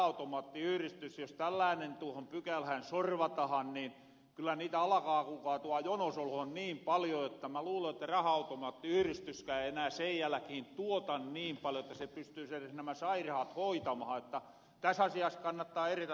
jos tällaanen tuohon pykälähän sorvatahan niin kyllä niitä alakaa kuulkaa tuol jonos olohon niin paljo jotta mä luulen että raha automaattiyhristyskään ei enää sen jäläkihin tuota niin paljo että se pystyys eres nämä sairahat hoitamahan